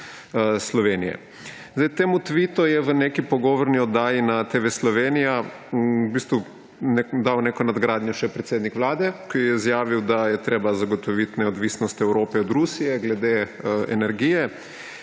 Slovenije. Temu tvitu je v neki pogovorni oddaji na TV Slovenija v bistvu dal neko nadgradnjo še predsednik Vlade, ki je izjavil, da je treba zagotoviti neodvisnost Evrope od Rusije glede energije